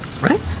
Right